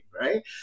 Right